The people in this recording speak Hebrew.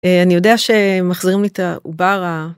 אני יודע שהם מחזירים לי את העובר